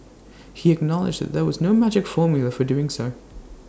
he acknowledged that there was no magic formula for doing so